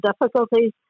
difficulties